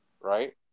right